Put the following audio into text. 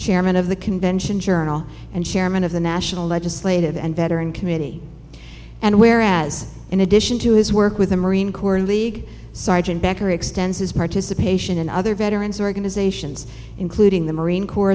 chairman of the convention journal and chairman of the national legislative and veteran committee and whereas in addition to his work with the marine corps league sergeant becker extends his participation and other veterans organizations including the marine corps